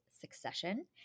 Succession